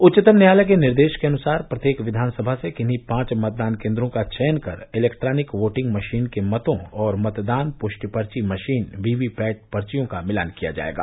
उच्चतम न्यायालय के निर्देश के अनुसार प्रत्येक विधानसभा से किन्ही पांच मतदान केन्द्रों का चयन कर इलेक्ट्रानिक वोटिंग मशीन के मतों और मतदान पुष्टि पर्ची मशीन वीवीपैट पर्वियों का मिलान किया जाएगा